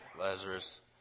Lazarus